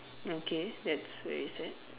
okay that's very sad